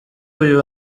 uyu